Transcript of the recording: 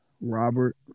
Robert